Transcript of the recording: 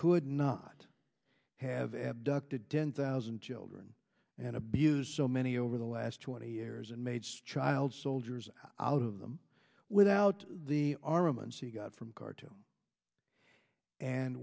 could not have abducted ten thousand children and abuse so many over the last twenty years and maids child soldiers out of them without the armaments he got from khartoum and